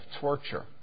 torture